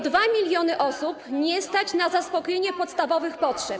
2 mln osób nie stać na zaspokojenie podstawowych potrzeb.